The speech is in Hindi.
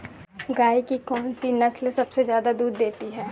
गाय की कौनसी नस्ल सबसे ज्यादा दूध देती है?